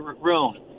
room